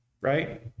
Right